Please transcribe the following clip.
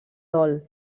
dol